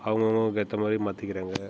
அவங்கவுங்களுக்கு ஏத்தமாதிரி மாற்றிக்கிறாங்க